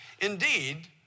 Indeed